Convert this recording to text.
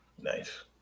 Nice